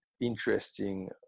interesting